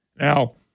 Now